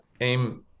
aim